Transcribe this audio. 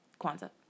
Kwanzaa